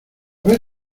ver